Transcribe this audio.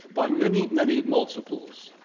by many, many multiples.